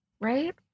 right